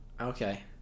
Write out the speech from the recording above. Okay